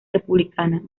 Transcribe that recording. republicana